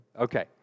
Okay